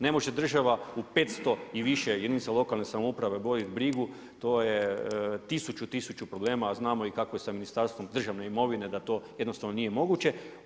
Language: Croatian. Ne može država u 500 i više jedinica lokalne samouprave voditi brigu, to je tisuću, tisuću problema, a znamo kako je i sa Ministarstvom državne imovine da to jednostavno nije moguće.